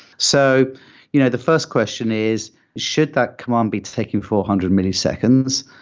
so you know the first question is should that command be taking four hundred milliseconds?